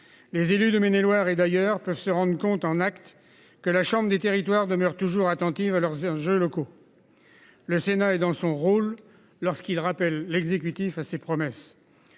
Les élus de Maine-et-Loire et d'ailleurs peut se rendent compte en acte que la chambre des territoires demeure toujours attentive à leurs usages locaux. Le Sénat est dans son rôle lorsqu'il rappelle l'exécutif à ses promesses.